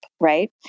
right